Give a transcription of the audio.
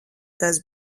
tas